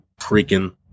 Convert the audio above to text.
Freaking